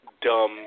dumb